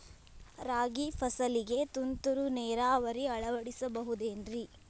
ರಾಗಿ ಫಸಲಿಗೆ ತುಂತುರು ನೇರಾವರಿ ಅಳವಡಿಸಬಹುದೇನ್ರಿ?